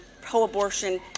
pro-abortion